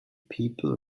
people